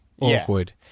awkward